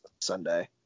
sunday